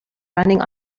running